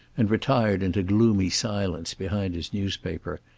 and retired into gloomy silence behind his newspaper.